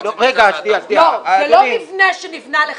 הסכם שכירות שנמצא בהתאמות.